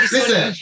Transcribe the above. Listen